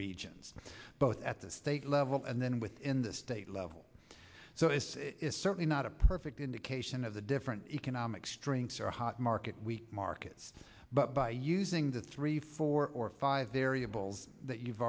regions both at the state level and then within the state level so it is certainly not a perfect indication of the different economic strengths or hot market markets but by using the three four or five variables that you've